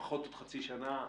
לפחות עוד חצי שנה.